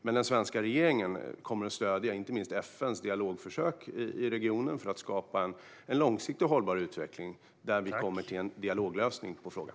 Den svenska regeringen kommer att stödja inte minst FN:s dialogförsök i regionen för att skapa en långsiktig och hållbar utveckling, där vi kommer fram till en dialoglösning på frågan.